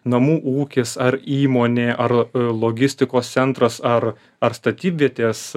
namų ūkis ar įmonė ar logistikos centras ar ar statybvietės